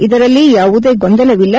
ಇದರಲ್ಲಿ ಯಾವುದೇ ಗೊಂದಲವಿಲ್ಲ